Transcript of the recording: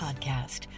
podcast